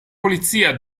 polizia